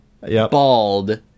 bald